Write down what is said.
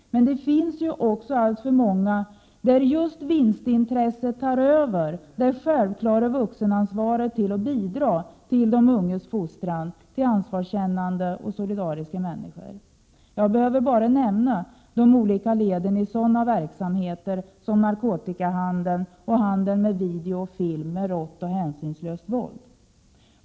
Men det finns alltför många där just vinstintresset tar över det självklara vuxenansvaret att bidra till att fostra de unga till ansvarskännande, trygga och solidariska människor. Jag behöver bara nämna alla de olika leden i sådana verksamheter som narkotikahandel och handeln med video och film med rått och hänsynslöst våld.